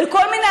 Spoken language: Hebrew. לסכם,